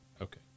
okay